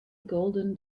golden